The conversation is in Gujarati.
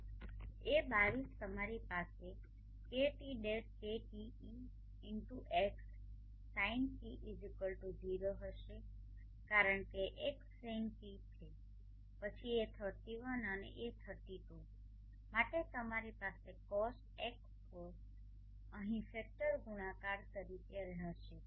અને a22 તમારી પાસે xi sinτi0 હશે કારણ કે xsinτ છે પછી a31 અને a32 માટે તમારી પાસે cosτ xcosτ અહીં ફેક્ટર ગુણાકાર તરીકે હશે